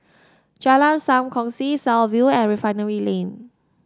Jalan Sam Kongsi South View and Refinery Lane